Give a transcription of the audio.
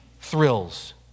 thrills